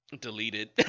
deleted